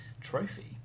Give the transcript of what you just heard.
Trophy